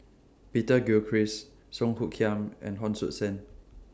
Peter Gilchrist Song Hoot Kiam and Hon Sui Sen